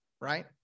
right